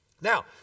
Now